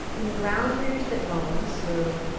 then ground through your sit bones. so,